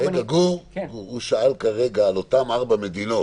גור, הוא שאל כרגע על אותן ארבע מדינות.